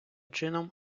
чином